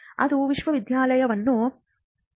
ಅದು ವಿಶ್ವವಿದ್ಯಾನಿಲಯವನ್ನು ಆಕರ್ಷಿಸುತ್ತದೆ